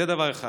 זה דבר אחד.